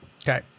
Okay